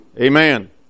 Amen